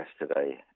Yesterday